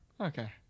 Okay